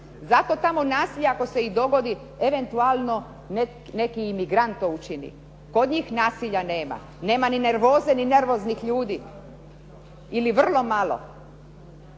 Zato tamo nasilja ako se i dogodi eventualno neki emigrant to učini. Kod njih nasilja nema. Nema ni nervoze, ni nervoznih ljudi ili vrlo malo.